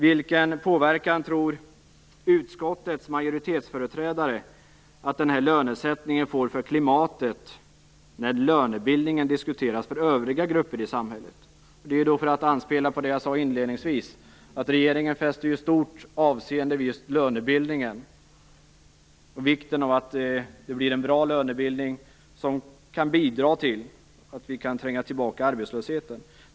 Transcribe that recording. Vilken påverkan tror utskottets majoritetetsföreträdare att denna lönesättning får för klimatet när lönebildningen diskuteras för övriga grupper i samhället. Detta för att anspela på det som jag sade inledningsvis, att regeringen fäster stort avseende vid just lönebildningen och vikten av en bra lönebildning som kan bidra till att vi kan tränga tillbaka arbetslösheten.